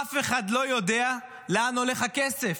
אף אחד לא יודע לאן הולך הכסף.